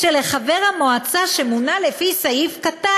בתחתית עמוד 2: "לשם הפעלת סמכויותיה ומילוי תפקידיה לפי חוק זה,